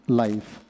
life